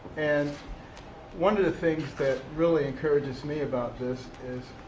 and one of the things that really encourages me about this is,